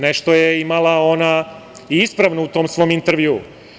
Nešto je imala ona i ispravno u tom svom intervjuu.